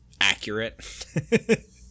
accurate